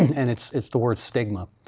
and and it's it's the word stigma.